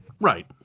Right